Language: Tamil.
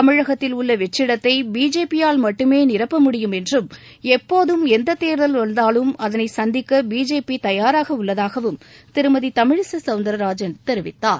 தமிழகத்தில் உள்ள வெற்றிடத்தை பிஜேபி யால் மட்டுமே நிரப்ப முடியும் என்றும் எப்போதும் எந்த தேர்தல் வந்தாலும் அதனை சந்திக்க பிஜேபி தயாராக உள்ளதாகவும் திருமதி தமிழிசை சௌந்தரராஜன் தெரிவித்தார்